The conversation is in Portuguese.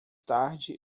tarde